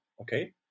okay